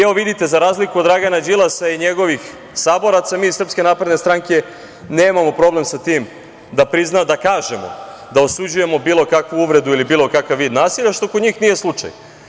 Evo, vidite, za razliku od Dragana Đilasa i njegovih saboraca, mi iz SNS nemamo problem sa tim da kažemo da osuđujemo bilo kakvu uvredu ili bilo kakav vid nasilja, što kod njih nije slučaj.